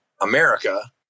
America